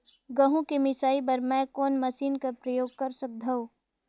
गहूं के मिसाई बर मै कोन मशीन कर प्रयोग कर सकधव?